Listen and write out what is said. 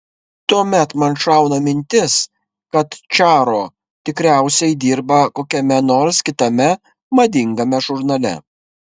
tuomet man šauna mintis kad čaro tikriausiai dirba kokiame nors kitame madingame žurnale